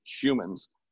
humans